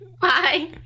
Bye